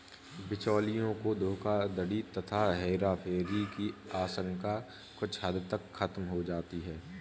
बिचौलियों की धोखाधड़ी तथा हेराफेरी की आशंका कुछ हद तक खत्म हो जाती है